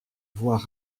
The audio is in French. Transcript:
voie